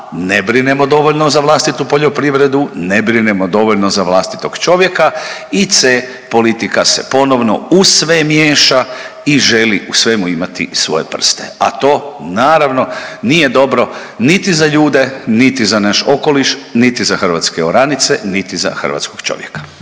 ne brinemo dovoljno za vlastitu poljoprivredu, ne brinemo dovoljno za vlastitog čovjeka i c, politika se ponovno u sve miješa i želi u svemu imati svoje prste, a to naravno nije dobro niti za ljude niti za naš okoliš niti za hrvatske oranice niti za hrvatskog čovjeka.